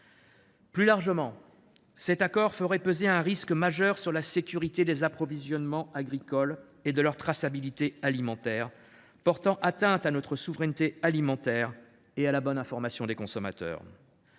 Plus largement, cet accord ferait peser un risque majeur sur la sécurité des approvisionnements agricoles et de leur traçabilité alimentaire, portant atteinte à notre souveraineté alimentaire et à la bonne information des consommateurs.